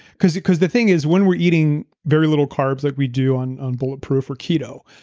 because because the thing is when we're eating very little carbs like we do on on bulletproof or keto,